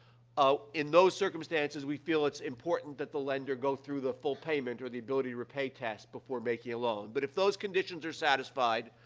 ah, in those circumstances, we feel it's important that the lender go through the full payment or the ability-to-repay test before making a loan. but if those conditions are satisfied,